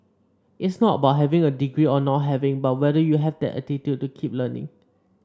it's not about having a degree or not having but whether you have that attitude to keep learning